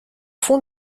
fond